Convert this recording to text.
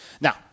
Now